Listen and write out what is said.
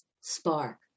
spark